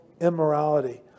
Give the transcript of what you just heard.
immorality